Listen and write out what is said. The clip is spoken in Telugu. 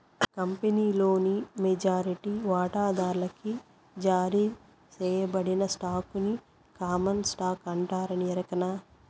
కంపినీలోని మెజారిటీ వాటాదార్లకి జారీ సేయబడిన స్టాకుని కామన్ స్టాకు అంటారని ఎరకనా